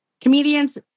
comedians